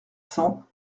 cent